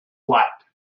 what